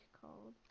called